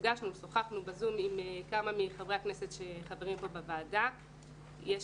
נפגשנו ושוחחנו ב-זום עם כמה מחברי הכנסת החברים כאן בוועדה ויש